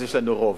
אז יש לנו רוב.